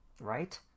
Right